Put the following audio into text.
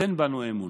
נותן בנו אמון.